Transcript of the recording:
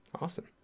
awesome